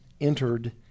entered